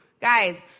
Guys